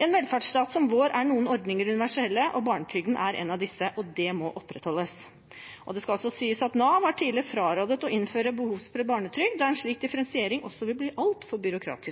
I en velferdsstat som vår er noen ordninger universelle. Barnetrygden er én av disse, og det må opprettholdes. Det skal også sies at Nav tidlig frarådet å innføre behovsprøvd barnetrygd, da en slik differensiering også vil bli altfor